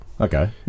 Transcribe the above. Okay